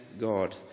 God